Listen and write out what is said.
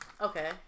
Okay